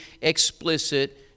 explicit